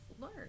learn